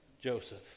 Joseph